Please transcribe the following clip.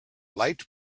light